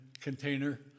container